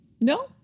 No